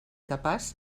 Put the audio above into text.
capaç